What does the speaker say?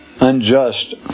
unjust